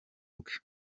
bwe